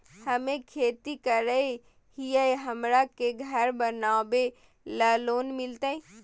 हमे खेती करई हियई, हमरा के घर बनावे ल लोन मिलतई?